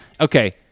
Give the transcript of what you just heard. Okay